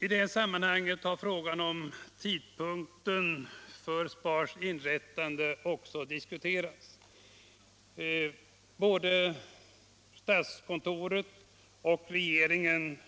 I det här sammanhanget har frågan om tidpunkten för SPAR:s inrättande också diskuterats. Både statskontoret och regeringen